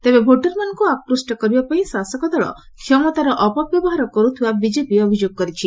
ତେବେ ଭୋଟରମାନଙ୍କୁ ଆକୃଷ୍ କରିବା ପାଇଁ ଶାସକ ଦଳ ପକ୍ଷରୁ ଅପବ୍ୟବହାର କର୍ଥିବା ବିଜେପି ଅଭିଯୋଗ କରିଛି